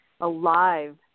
alive